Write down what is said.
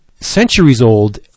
centuries-old